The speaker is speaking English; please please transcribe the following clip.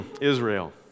Israel